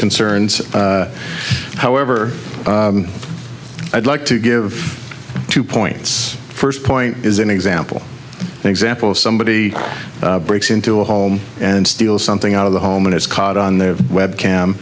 concerned however i'd like to give two points first point is an example an example of somebody breaks into a home and steal something out of the home and it's caught on the web cam